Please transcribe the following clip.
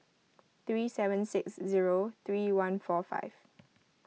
three seven six zero three one four five